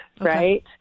right